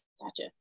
Gotcha